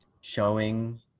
showing